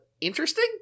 interesting